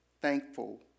thankful